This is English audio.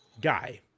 guy